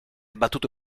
battuto